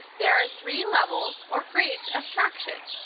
there are three levels or grades of traction.